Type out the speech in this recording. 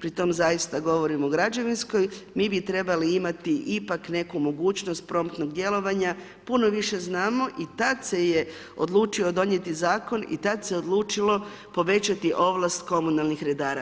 pri tome zaista govorim o građevinskoj, mi bi trebali imati ipak neku mogućnost promptnog djelovanja, puno više znamo, i tad se je odlučio donijeti Zakon i tad se odlučilo povećati ovlast komunalnih redara.